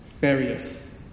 barriers